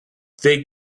they